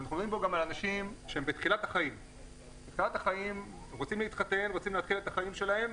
אנחנו מדברים פה על אנשים שרוצים להתחתן והם בתחילת החיים שלהם,